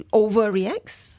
overreacts